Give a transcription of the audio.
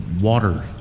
water